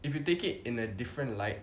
if you take it in a different light